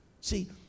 See